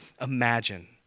imagine